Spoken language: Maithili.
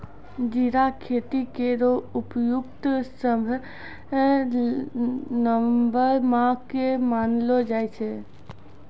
जीरा खेती केरो उपयुक्त समय नवम्बर माह क मानलो जाय छै